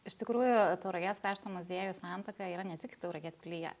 iš tikrųjų tauragės krašto muziejus santaka yra ne tik tauragės pilyje